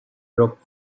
rock